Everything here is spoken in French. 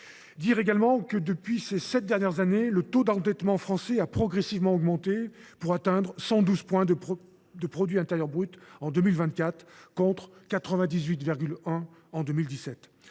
Dire également que, ces sept dernières années, le taux d’endettement français a progressivement augmenté, pour atteindre 112 % du produit intérieur brut en 2024, contre 98,1 % en 2017.